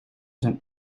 zijn